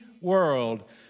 world